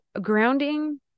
grounding